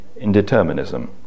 indeterminism